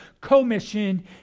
commission